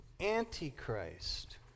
Antichrist